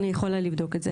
אני יכולה לבדוק את זה.